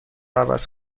عوض